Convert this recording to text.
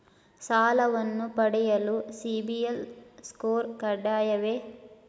ಸಾಲವನ್ನು ಪಡೆಯಲು CIBIL score ಕಡ್ಡಾಯವೇ?